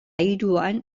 hiruan